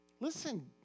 listen